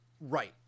Right